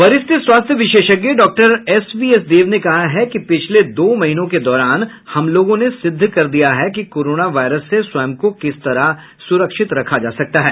वरिष्ठ स्वास्थ्य विशेषज्ञ doctor S V S Dev ने कहा है कि पिछले दो महीनों के दौरान हम लोगों ने सिद्व कर दिया है कि कोरोना वायरस से स्वयं को किस तरह सुरक्षित रखा जा सकता है